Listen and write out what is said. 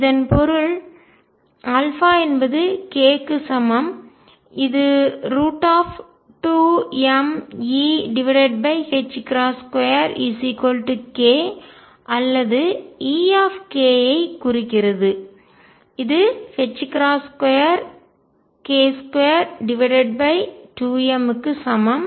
இதன் பொருள் α என்பது k க்கு சமம் இது 2mE2k அல்லது E ஐ குறிக்கிறது இது 2k22m க்கு சமம்